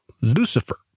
Lucifer